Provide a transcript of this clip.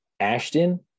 Ashton